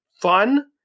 fun